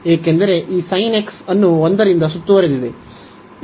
ಏಕೆಂದರೆ ಈ sin x ಅನ್ನು 1 ರಿಂದ ಸುತ್ತುವರೆದಿದೆ